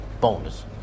bonus